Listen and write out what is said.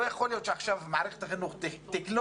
לא יכול להיות שעכשיו מערכת החינוך תקלוט